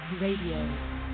Radio